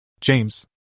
James